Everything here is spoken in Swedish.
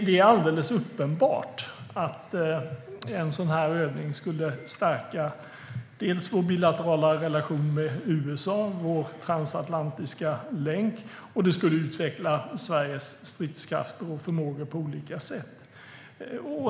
Det är alldeles uppenbart att en sådan här övning skulle stärka våra bilaterala relationer med USA, vår transatlantiska länk. Det skulle också på olika sätt utveckla Sveriges stridskrafter och förmågor.